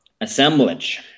assemblage